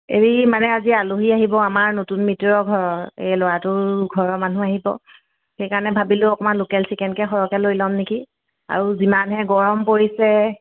হেৰি মানে আজি আলহী আহিব আমাৰ নতুন মৃতৰৰ ঘৰৰ এই ল'ৰাটোৰ ঘৰৰ মানুহ আহিব সেইকাৰণে ভাবিলোঁ অকণমান লোকেল চিকেনকে সৰহকৈ লৈ ল'ম নেকি আৰু যিমানহে গৰম পৰিছে